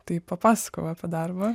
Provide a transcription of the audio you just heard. tai papasakojau apie darbą